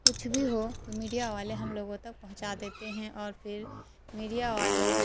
کچھ بھی ہو تو میڈیا والے ہم لوگوں تک پہنچا دیتے ہیں اور پھر میڈیا والوں